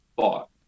thought